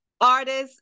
artists